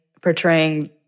portraying